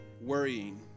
worrying